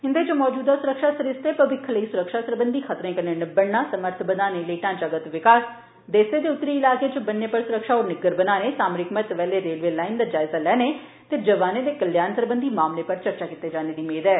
इंदे च मौजूदा सुरक्षा सरिस्तें मविक्ख लेई सुरक्षा सरबंधी खतरें कन्नै निब्बड़ना समर्थ बघाने लेई ढांचागत विकास देसै दे उत्तरी इलाकें च बन्नें पर सुरक्षा होर निग्गर बनाने सामरिक महत्व आह्ली रेलवे लाइने दा जायजा लैने ते जवानें दे कल्याण सरबंधी मामलें पर चर्चा कीते जाने दी मेद ऐ